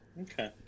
Okay